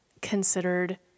considered